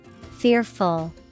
Fearful